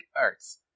arts